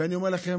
אני אומר לכם,